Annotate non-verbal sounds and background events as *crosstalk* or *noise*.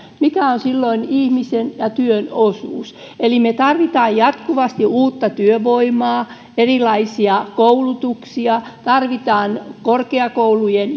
mikä on silloin ihmisen ja työn osuus me tarvitsemme jatkuvasti uutta työvoimaa ja erilaisia koulutuksia ja tarvitsemme korkeakoulujen *unintelligible*